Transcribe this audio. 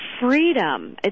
freedom